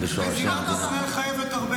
זכויותיו של השר בשורשי המדינה.